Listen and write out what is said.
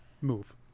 move